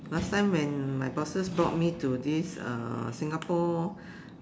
last time when my bosses brought me to this uh Singapore